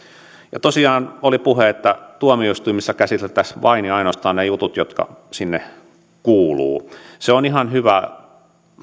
olla tosiaan oli puhe että tuomioistuimissa käsiteltäisiin vain ja ainoastaan ne jutut jotka sinne kuuluvat ja se on ihan hyvä